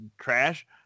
trash